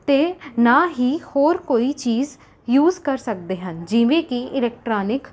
ਅਤੇ ਨਾ ਹੀ ਹੋਰ ਕੋਈ ਚੀਜ਼ ਯੂਜ਼ ਕਰ ਸਕਦੇ ਹਨ ਜਿਵੇਂ ਕਿ ਇਲੈਕਟ੍ਰੋਨਿਕ